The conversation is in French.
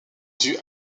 due